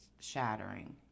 shattering